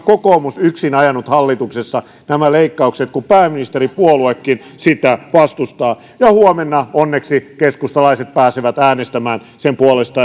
kokoomus on yksin ajanut hallituksessa nämä leikkaukset kun pääministeripuoluekin sitä vastustaa huomenna onneksi keskustalaiset pääsevät äänestämään sen puolesta